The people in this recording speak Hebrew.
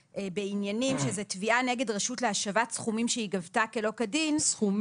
בעניינים שזאת תביעה נגד רשות להשבת סכומים שהיא גבתה שלא כדין,